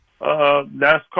NASCAR